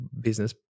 business